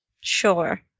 sure